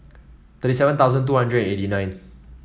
thirty seven thousand two hundred eighty nine